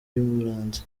yamuranze